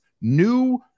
new